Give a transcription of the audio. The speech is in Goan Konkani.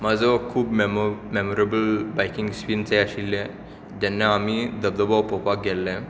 म्हजो खूब खूब मॅमोरेबल बायकींग स्पिन्स हे आशिल्ले जेन्ना आमी धबधबो पळोवपाक गेल्ले